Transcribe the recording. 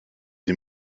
des